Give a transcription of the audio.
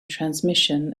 transmission